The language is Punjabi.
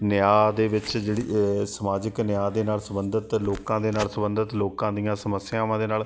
ਨਿਆਂ ਦੇ ਵਿੱਚ ਜਿਹੜੀ ਸਮਾਜਿਕ ਨਿਆਂ ਦੇ ਨਾਲ ਸੰਬੰਧਿਤ ਲੋਕਾਂ ਦੇ ਨਾਲ ਸੰਬੰਧਿਤ ਲੋਕਾਂ ਦੀਆਂ ਸਮੱਸਿਆਵਾਂ ਦੇ ਨਾਲ